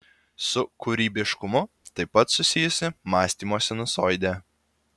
su kūrybiškumu taip pat susijusi mąstymo sinusoidė